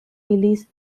released